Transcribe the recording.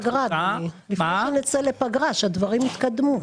לפני שנצא לפגרה אדוני, שהדברים יתקדמו.